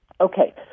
Okay